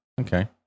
Okay